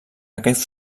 aquest